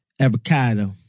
Avocado